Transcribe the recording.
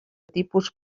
tipus